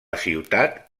ciutat